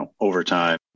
overtime